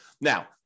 Now